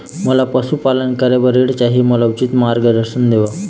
मोला पशुपालन करे बर ऋण चाही, मोला उचित मार्गदर्शन देव?